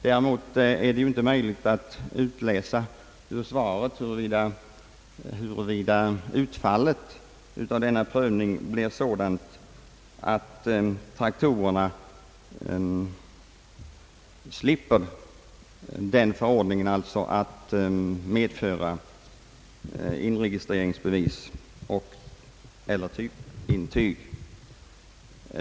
Däremot är det inte möjligt att ur svaret utläsa huruvida utfallet av denna prövning blir sådant att traktorerna inte behöver medföra inregistreringsbevis och/eller typintyg.